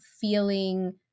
feeling